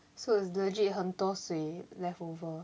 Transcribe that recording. so it's legit 很多水 leftover